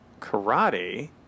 karate